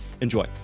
Enjoy